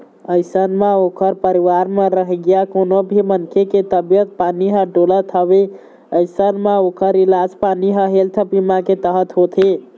अइसन म ओखर परिवार म रहइया कोनो भी मनखे के तबीयत पानी ह डोलत हवय अइसन म ओखर इलाज पानी ह हेल्थ बीमा के तहत होथे